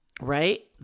Right